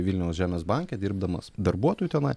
vilniaus žemės banke dirbdamas darbuotoju tenai